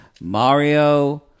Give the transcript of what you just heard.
Mario